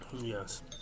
Yes